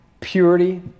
purity